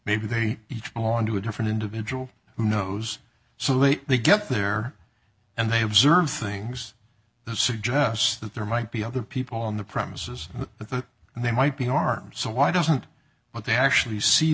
maybe they each belong to a different individual who knows so late they get there and they observe things to suggest that there might be other people on the premises but the they might be armed so why doesn't what they actually see